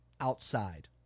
outside